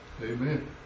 Amen